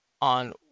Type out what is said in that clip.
on